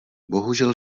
bohužel